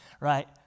right